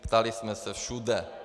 Ptali jsme se všude.